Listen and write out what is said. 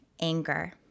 anger